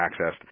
accessed